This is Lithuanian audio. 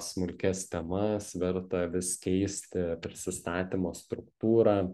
smulkias temas verta vis keisti prisistatymo struktūrą